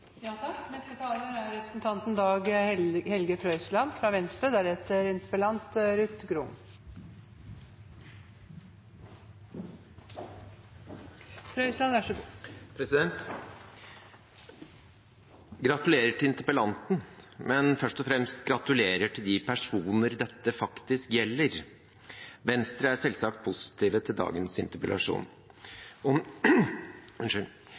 Gratulerer til interpellanten! Men først og fremst gratulerer til de personer dette faktisk gjelder. Venstre er selvsagt positive til dagens interpellasjon om